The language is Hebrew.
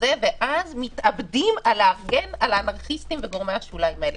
ואז מתאבדים על האנרכיסטים וגורמי השוליים האלה.